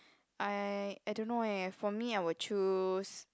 I I don't know eh for me I will choose